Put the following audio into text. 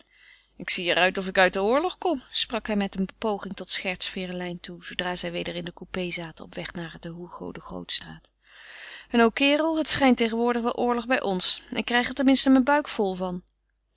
ik zie er uit of ik uit den oorlog kom sprak hij met een poging tot scherts ferelijn toe zoodra zij weder in den coupé zaten op weg naar de hugo de grootstraat en o kerel het schijnt tegenwoordig wel oorlog bij ons ik krijg er tenminste mijn buik vol van